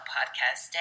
Podcast